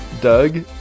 Doug